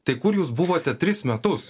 tai kur jūs buvote tris metus